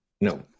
no